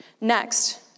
Next